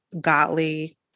godly